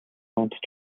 унтаж